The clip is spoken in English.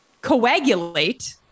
coagulate